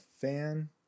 fan